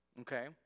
Okay